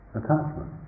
attachment